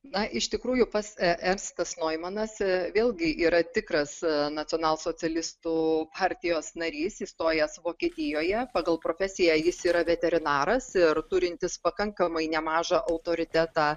na iš tikrųjų past e ernstas noimanas vėlgi yra tikras nacionalsocialistų partijos narys įstojęs vokietijoje pagal profesiją jis yra veterinaras ir turintis pakankamai nemažą autoritetą